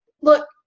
look